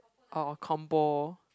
orh compo